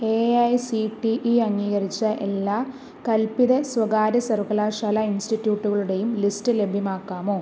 A I C T E അംഗീകരിച്ച എല്ലാ കൽപ്പിത സ്വകാര്യ സർവകലാശാല ഇൻസ്റ്റിറ്റ്യൂട്ടുകളുടെയും ലിസ്റ്റ് ലഭ്യമാക്കാമോ